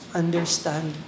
understand